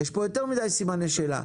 יש פה יותר מדיי סימני שאלה.